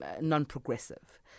non-progressive